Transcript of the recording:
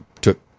took